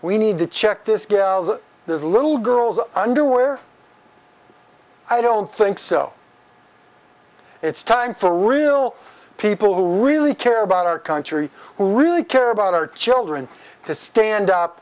we need to check this gal's that there's a little girl's underwear i don't think so it's time for real people who really care about our country who really care about our children to stand up